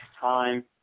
time